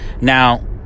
Now